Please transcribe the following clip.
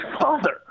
father